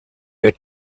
your